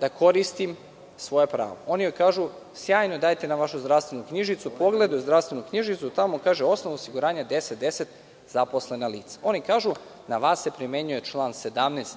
da koristim svoja prava. Oni joj kažu – sjajno, dajte nam vašu zdravstvenu knjižicu. Pogledaju zdravstvenu knjižicu i tamo stoji osnov osiguranja 1010 – zaposlena lica. Oni kažu - na vas se primenjuje član 17.